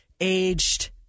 aged